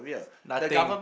nothing